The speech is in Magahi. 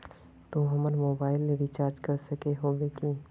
तू हमर मोबाईल रिचार्ज कर सके होबे की?